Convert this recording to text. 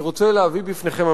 אני רוצה להביא בפניכם,